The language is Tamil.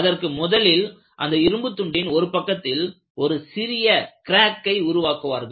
அதற்கு முதலில் அந்த இரும்புத் துண்டின் ஒரு பக்கத்தில் ஒரு சிறிய க்ராக்கை உருவாக்குவார்கள்